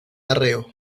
arreo